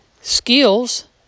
skills